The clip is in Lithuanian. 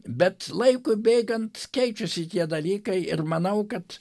bet laikui bėgant keičiasi tie dalykai ir manau kad